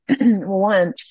one